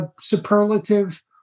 superlative